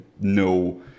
no